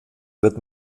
wird